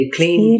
Clean